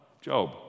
Job